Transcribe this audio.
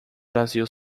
brasil